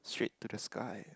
straight to the sky